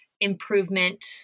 improvement